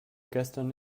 gestern